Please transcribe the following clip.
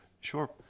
Sure